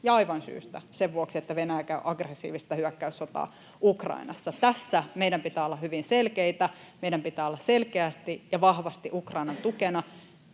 ja aivan syystä, sen vuoksi, että Venäjä käy aggressiivista hyökkäyssotaa Ukrainassa. Tässä meidän pitää olla hyvin selkeitä. Meidän pitää olla selkeästi ja vahvasti Ukrainan tukena